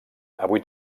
avui